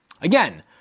Again